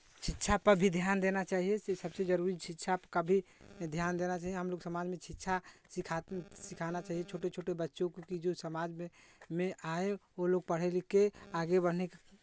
शिक्षा पर भी ध्यान देना चाहिए सबसे जरूरी शिक्षा आप कभी ध्यान देना चाहिए हमलोग समाज में शिक्षा सिखा सिखाना चाहिए छोटे छोटे बच्चों को क्योंकि जो समाज में में आए और लोग पर लिखे आगे बढ़ने क